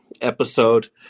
episode